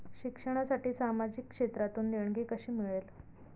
शिक्षणासाठी सामाजिक क्षेत्रातून देणगी कशी मिळेल?